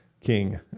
King